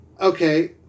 Okay